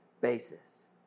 basis